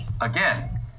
again